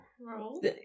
Roll